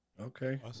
Okay